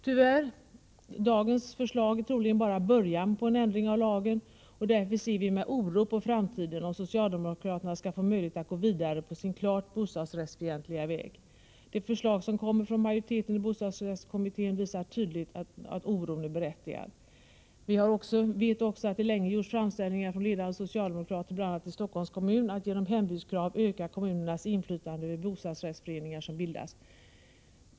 Tyvärr är dagens förslag troligen bara början på en ändring av lagen och därför ser vi med oro på framtiden, om socialdemokraterna får möjlighet att gå vidare på sin klart bostadsrättsfientliga väg. De förslag som kommer från majoriteten i bostadsrättskommittén visar tydligt att oron är berättigad. Vi vet också att det länge gjorts framställningar från ledande socialdemokrater i bl.a. Stockholms kommun när det gäller att genom hembudskrav öka kommunens inflytande över bostadsrättsföreningar som bildas.